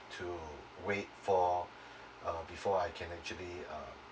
to wait for uh before I can actually uh